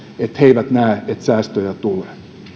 että he eivät näe että säästöjä tulee